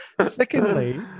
Secondly